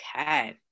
Okay